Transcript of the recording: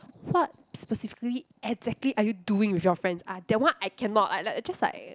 what specifically exactly are you doing with your friends ah that one I cannot I like I just like